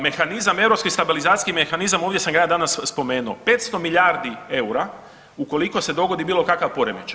Mehanizam, Europski stabilizacijski mehanizam, ovdje sam ga ja danas spomenuo, 500 milijardi eura ukoliko se dogodi bilo kakav poremećaj.